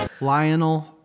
lionel